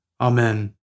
Amen